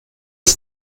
das